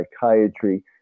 psychiatry